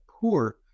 poor